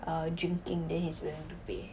err drinking then he is willing to pay